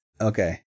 Okay